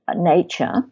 nature